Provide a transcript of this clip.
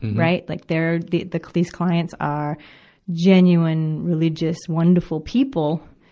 right. like they're, the, the, these clients are genuine, religious, wonderful people.